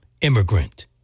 immigrant